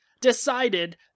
decided